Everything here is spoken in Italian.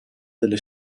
delle